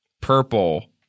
purple